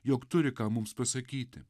jog turi ką mums pasakyti